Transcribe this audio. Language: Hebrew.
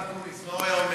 השר אקוניס, מה הוא היה אומר?